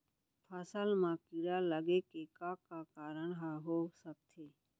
फसल म कीड़ा लगे के का का कारण ह हो सकथे?